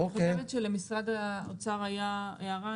אני חושבת שלמשרד האוצר היתה הערה,